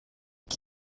iki